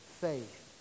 faith